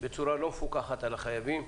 בצורה לא מפוקחת על החייבים.